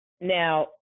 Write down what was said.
Now